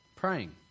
praying